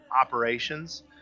operations